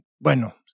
bueno